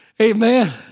Amen